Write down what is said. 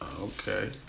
okay